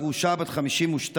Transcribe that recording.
גרושה בת 52,